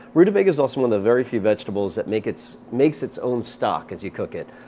rutabaga is also one of the very few vegetables that makes its makes its own stock as you cook it.